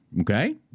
okay